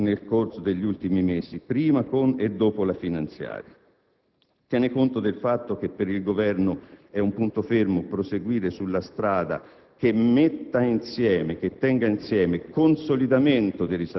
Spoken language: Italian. tiene conto di un confronto che si è svolto nel corso degli ultimi mesi, prima, con e dopo la finanziaria. Tiene conto del fatto che per il Governo è un punto fermo proseguire sulla strada